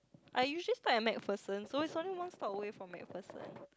I usually stop at MacPherson so it's only one stop away from MacPherson